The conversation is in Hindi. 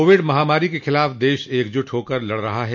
कोविड महामारी के ख़िलाफ़ देश एकजुट होकर लड़ रहा है